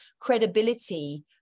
credibility